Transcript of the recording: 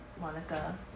Monica